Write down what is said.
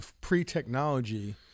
pre-technology